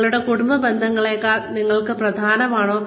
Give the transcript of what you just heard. നിങ്ങളുടെ കുടുംബ ബന്ധങ്ങളേക്കാൾ ഇത് നിങ്ങൾക്ക് പ്രധാനമാണോ